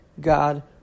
God